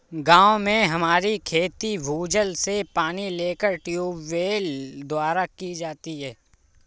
गांव में हमारी खेती भूजल से पानी लेकर ट्यूबवेल द्वारा की जाती है